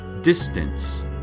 distance